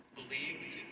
believed